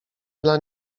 dla